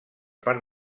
part